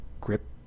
grip